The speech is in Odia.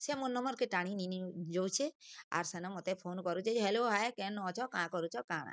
ସିଏ ମୋ ନମ୍ବର୍ କେ ଟାଣି ନେଇ ଯାଉଛେ ଆର୍ ସେନୁ ମତେ ଫୋନ୍ କରୁଛି ହ୍ୟାଲୋ ହାଏ କେନୁ ଅଛ କାଁ କରୁଛ କାଁଣା